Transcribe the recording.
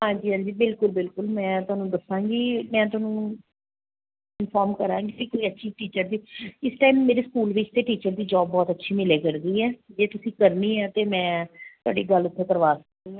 ਹਾਂਜੀ ਹਾਂਜੀ ਬਿਲਕੁਲ ਬਿਲਕੁਲ ਮੈਂ ਤੁਹਾਨੂੰ ਦੱਸਾਂਗੀ ਮੈਂ ਤੁਹਾਨੂੰ ਇਨਫੋਰਮ ਕਰਾਂਗੀ ਕੋਈ ਅੱਛੀ ਟੀਚਰ ਦੀ ਇਸ ਟਾਈਮ ਮੇਰੇ ਸਕੂਲ ਵਿੱਚ ਅਤੇ ਟੀਚਰ ਦੀ ਜੋਬ ਬਹੁਤ ਅੱਛੀ ਮਿਲੇ ਕਰਦੀ ਹੈ ਜੇ ਤੁਸੀਂ ਕਰਨੀ ਹੈ ਤਾਂ ਮੈਂ ਤੁਹਾਡੀ ਗੱਲ ਕਰਵਾ ਦਿੰਦੀ ਹਾਂ